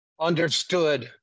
understood